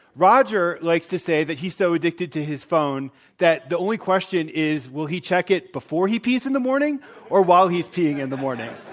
roger likes to say that he's so addicted to his phone that the only question is, will he check it before he pees in the morning or while he's peeing in the morning?